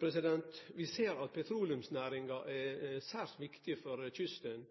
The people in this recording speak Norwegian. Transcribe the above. endring? Vi ser at petroleumsnæringa er særs viktig for kysten.